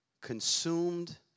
consumed